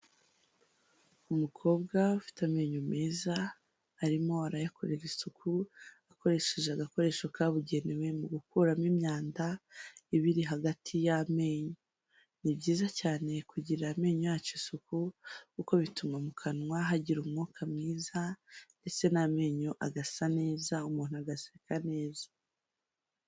Umukobwa ufite amenyo meza arimo arayakorera isuku akoresheje agakoresho kabugenewe mu gukuramo imyanda iba iri hagati y'amenyo. Ni byiza cyane kugirira amenyo yacu isuku kuko bituma mu kanwa hagira umwuka mwiza ndetse n'amenyo agasa neza, umuntu agaseka neza.